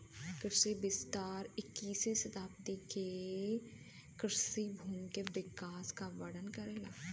कृषि विस्तार इक्कीसवीं सदी के कृषि भूमि के विकास क वर्णन करेला